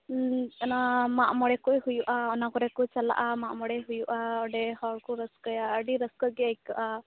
ᱚᱱᱟ ᱢᱟᱜᱼᱢᱚᱲᱮ ᱠᱚ ᱦᱩᱭᱩᱜ ᱼᱟ ᱚᱱᱟ ᱠᱚᱨᱮ ᱠᱚ ᱪᱟᱞᱟᱜ ᱼᱟ ᱢᱟᱜᱢᱚᱲᱮ ᱦᱩᱭᱩᱜ ᱼᱟ ᱚᱸᱰᱮ ᱦᱚᱲᱠᱚ ᱨᱟ ᱥᱠᱟ ᱭᱟ ᱟ ᱰᱤ ᱨᱟ ᱥᱠᱟ ᱜᱮ ᱟ ᱭᱠᱟ ᱜ ᱼᱟ